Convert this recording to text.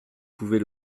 pouvez